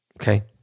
okay